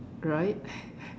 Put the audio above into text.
right